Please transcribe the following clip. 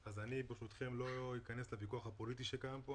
ברשותכם, אני לא אכנס לוויכוח הפוליטי שקיים כאן.